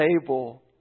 table